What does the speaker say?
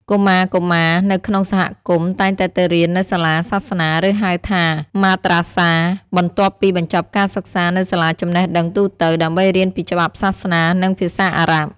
កុមារៗនៅក្នុងសហគមន៍តែងតែទៅរៀននៅសាលាសាសនា ឬ ហៅថា Madrasa បន្ទាប់ពីបញ្ចប់ការសិក្សានៅសាលាចំណេះដឹងទូទៅ ដើម្បីរៀនពីច្បាប់សាសនា និងភាសាអារ៉ាប់។